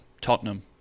Tottenham